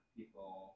people